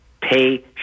pay